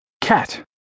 Cat